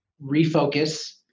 refocus